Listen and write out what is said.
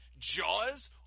Jaws